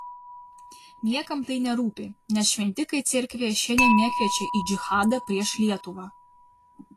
niekam tai nerūpi nes šventikai cerkvėje šiandien nekviečia į džihadą prieš lietuvą